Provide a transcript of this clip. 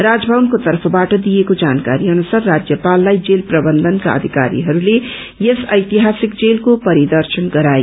राजभवनको तर्फबाट दिएको जानकारी अनुसार राष्यपासलाई जेल प्रवन्धनका अधिकारीहरूले यस प्रेतिद्वसिक जेलको परिदर्शन गराए